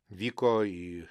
vyko į